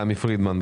תמי פרידמן,